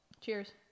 Cheers